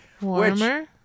warmer